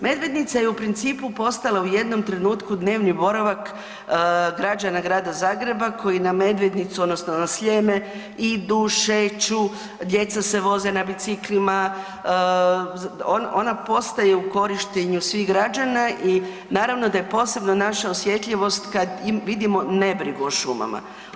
Medvednica je u principu postala u jednom trenutku dnevni boravak građana Grada Zagreba koji na Medvednicu odnosno na Sljeme idu, šeću, djeca se voze na biciklima, ona postaju u korištenju svih građana i naravno da je posebna naša osjetljivost kad vidimo nebrigu o šumama.